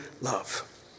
love